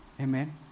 Amen